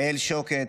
אל שוקת.